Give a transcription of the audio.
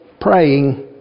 praying